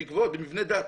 במבני דת